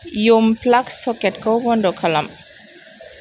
यम प्लाख्स सकेटखौ बन्द खालाम